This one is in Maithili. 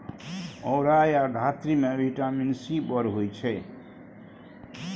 औरा या धातृ मे बिटामिन सी बड़ होइ छै